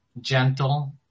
gentle